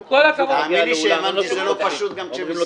עם כל הכבוד --- תאמין לי שזה לא פשוט גם כשהם הסכימו.